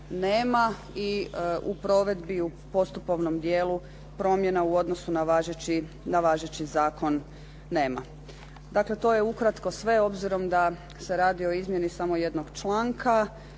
i u provedbi u postupovnom dijelu promjena u odnosu na važeći zakon nema. Dakle, to je ukratko sve obzirom da se radi o izmjeni samo jednog članka.